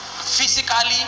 physically